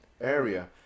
area